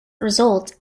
result